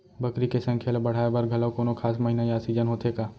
बकरी के संख्या ला बढ़ाए बर घलव कोनो खास महीना या सीजन होथे का?